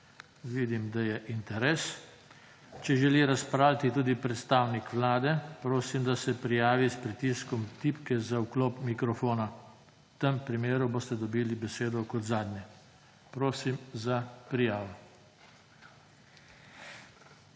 Vidim, da je interes. Če želi razpravljati tudi predstavnik vlade, prosim, da se prijavi s pritiskom tipke za vklop mikrofona. V tem primeru boste dobili besedo kot zadnji. Prosim za prijavo.